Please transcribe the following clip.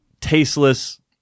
tasteless